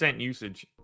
usage